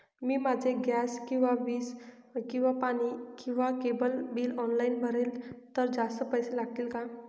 मी माझे गॅस किंवा वीज किंवा पाणी किंवा केबल बिल ऑनलाईन भरले तर जास्त पैसे लागतील का?